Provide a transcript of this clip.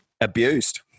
abused